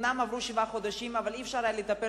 אומנם עברו שבעה חודשים אבל לא היה אפשר היה לטפל